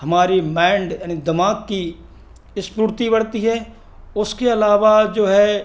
हमारी मैंड यानी दिमाग की स्फूर्ति बढ़ती है उसके अलावा जो है